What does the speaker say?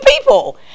people